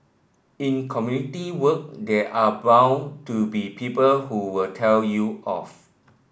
in community work there are bound to be people who will tell you off